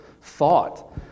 thought